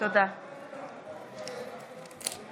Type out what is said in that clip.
(קוראת בשמות חברי הכנסת)